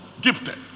gifted